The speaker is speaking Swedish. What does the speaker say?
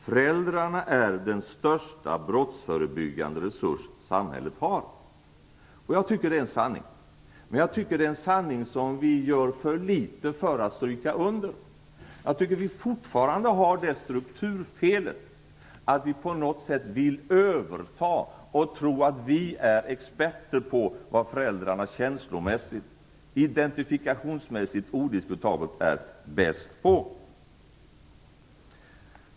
Föräldrarna är den största brottsförebyggande resurs samhället har." Jag tycker att detta är en sanning, men jag trycker att det är en sanning som vi gör för litet för att stryka under. Jag tycker att vi fortfarande har det strukturfelet att vi på något sätt vill ta över och tro att vi är experter på vad föräldrarna känslomässigt, identifikationsmässigt, odiskutabelt är bäst på.